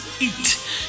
eat